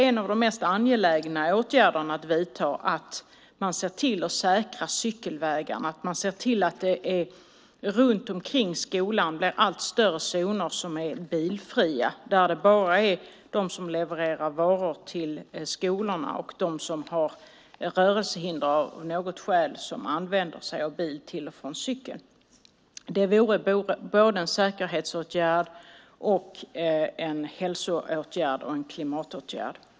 En av de mest angelägna åtgärderna är därför att se till att säkra cykelvägarna och se till att det runt skolorna blir allt större zoner som är bilfria och där bara de som levererar varor till skolan och de som är rörelsehindrade får använda sig av bil. Det skulle vara såväl en säkerhetsåtgärd som en hälsoåtgärd och en klimatåtgärd.